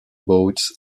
boats